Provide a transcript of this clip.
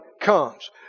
comes